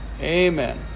Amen